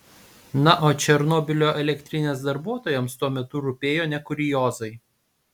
na o černobylio elektrinės darbuotojams tuo metu rūpėjo ne kuriozai